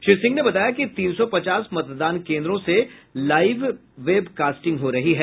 श्री सिंह ने बताया कि तीन सौ पचास मतदान केन्द्रों से लाईव वेबकास्टिंग हो रही है